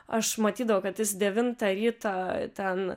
aš matydavau kad jis devintą ryto ten